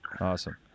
Awesome